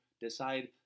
decide